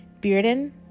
Bearden